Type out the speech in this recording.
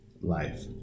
life